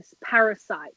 parasite